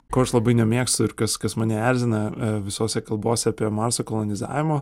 ko aš labai nemėgstu ir kas kas mane erzina visose kalbose apie marso kolonizavimą